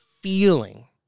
feeling